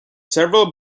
several